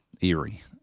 eerie